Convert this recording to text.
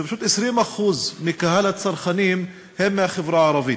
ש-20% מקהל הצרכנים הם מהחברה הערבית.